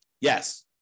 Yes